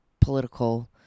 political